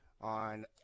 on